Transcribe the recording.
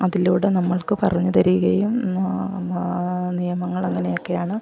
അതിലൂടെ നമ്മൾക്കു പറഞ്ഞു തരികയും നിയമങ്ങൾ എങ്ങനെയൊക്കെയാണ്